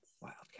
wildcat